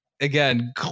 again